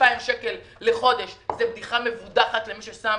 2,000 שקלים לחודש זאת בדיחה למי ששם